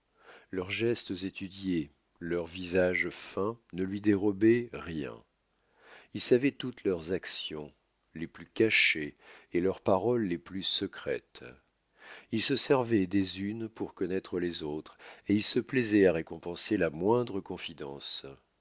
leurs gestes étudiés leur visage feint ne lui déroboient rien il savoit toutes leurs actions les plus cachées et leurs paroles les plus secrètes il se servoit des unes pour connoître les autres et il se plaisoit à récompenser la moindre confidence